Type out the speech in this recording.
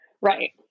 Right